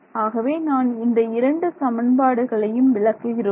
ஆகவே நான் இந்த இரண்டு சமன்பாடுகளையும் விளக்குகிறோம்